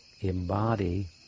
embody